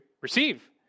receive